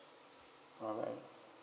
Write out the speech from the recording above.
bye bye